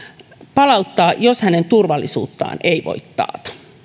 palauttaa jos hänen turvallisuuttaan ei voi taata